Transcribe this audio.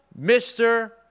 Mr